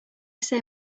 say